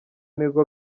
nirwo